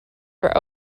for